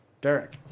Derek